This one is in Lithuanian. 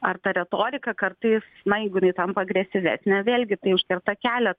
ar ta retorika kartais na jeigu jinai tampa agresyvesnė vėlgi tai užkerta kelią